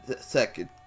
second